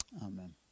Amen